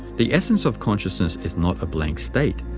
the essence of consciousness is not a blank state,